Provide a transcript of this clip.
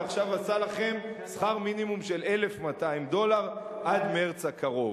ועכשיו הוא עשה לכם שכר מינימום של 1,200 דולר עד מרס הקרוב.